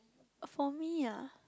for me ah